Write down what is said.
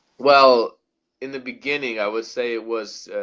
well in the beginning i would say it was